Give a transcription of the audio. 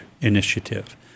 Initiative